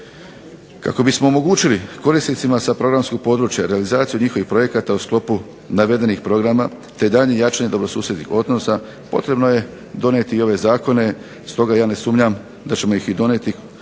Kako bismo omogućili korisnicima sa programskog područja realizaciju njihovih projekata u sklopu navedenih programa te daljnje jačanje dobrosusjedskih odnosa potrebno je donijeti i ove zakone, stoga ja ne sumnjam da ćemo ih i donijeti.